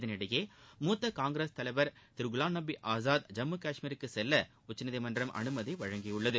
இதற்கிடையே மூத்த காங்கிரஸ் தலைவர் திரு குலாம்நபி ஆசாத் ஜம்மு காஷ்மீருக்கு செல்ல உச்சநீதிமன்றம் அனுமதி அளித்துள்ளது